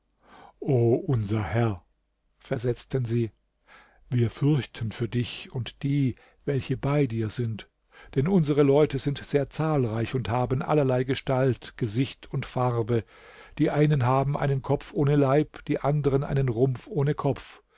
unser herr versetzten sie wir fürchten für dich und die welche bei dir sind denn unsere leute sind sehr zahlreich und haben allerlei gestalt gesicht und farbe die einen haben einen kopf ohne leib die anderen einen rumpf ohne kopf